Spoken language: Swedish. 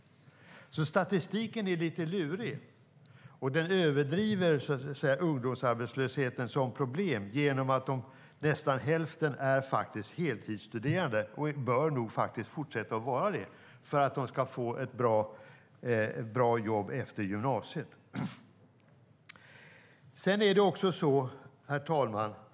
Statistiken är lite lurig, och den överdriver ungdomsarbetslösheten som problem genom att nästan hälften är heltidsstuderande och faktiskt bör fortsätta att vara det för att de ska få ett bra jobb efter gymnasiet. Herr talman!